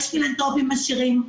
יש פילנתרופים עשירים.